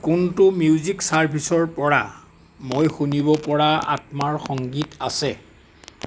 কোনটো মিউজিক ছাৰ্ভিচৰপৰা মই শুনিবপৰা আত্মাৰ সংগীত আছে